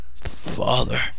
Father